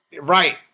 Right